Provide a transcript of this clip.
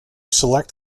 select